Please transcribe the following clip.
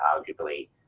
arguably